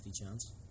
chance